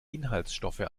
inhaltsstoffe